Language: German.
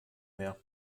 mehr